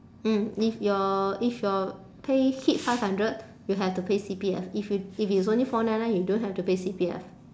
mm if your if your pay hit five hundred you have to pay C_P_F if you if it's only four nine nine you don't have to pay C_P_F